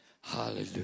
Hallelujah